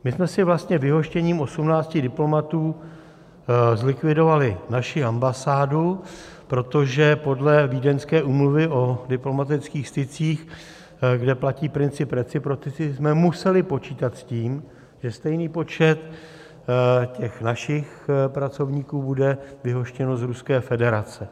My jsme si vlastně vyhoštěním 18 diplomatů zlikvidovali naši ambasádu, protože podle Vídeňské úmluvy o diplomatických stycích, kde platí princip reciprocity, jsme museli počítat s tím, že stejný počet našich pracovníků bude vyhoštěn z Ruské federace.